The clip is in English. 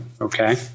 okay